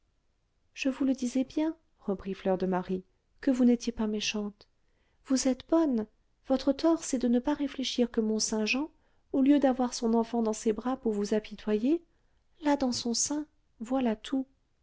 je vous le disais bien reprit fleur de marie que vous n'étiez pas méchantes vous êtes bonnes votre tort c'est de ne pas réfléchir que mont-saint-jean au lieu d'avoir son enfant dans ses bras pour vous apitoyer l'a dans son sein voilà tout